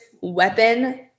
weapon